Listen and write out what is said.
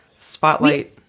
spotlight